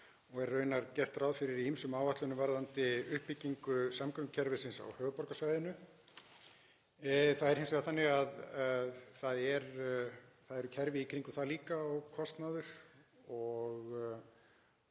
og er raunar gert ráð fyrir þeim í ýmsum áætlunum varðandi uppbyggingu samgöngukerfisins á höfuðborgarsvæðinu. Það er hins vegar þannig að það eru kerfi í kringum það líka og kostnaður.